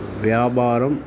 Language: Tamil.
வியாபாரம்